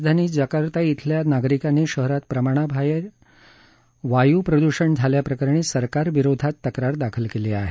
इंडोनेशियाची राजधानी जाकार्ता इथल्या नागरिकांनी शहरात प्रमाणाबाहेर वायू प्रद्षण झाल्याप्रकरणी सरकारविरोधात तक्रार दाखल केली आहे